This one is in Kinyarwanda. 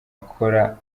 akora